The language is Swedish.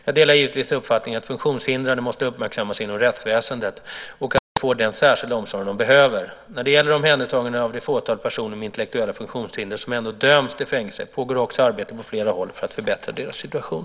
Jag delar givetvis uppfattningen att funktionshindrade måste uppmärksammas inom rättsväsendet och att de får den särskilda omsorg de behöver. När det gäller omhändertagandet av det fåtal personer med intellektuella funktionshinder som ändå döms till fängelse pågår också arbete på flera håll för att förbättra deras situation.